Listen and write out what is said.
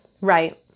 Right